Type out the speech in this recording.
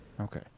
Okay